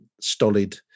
stolid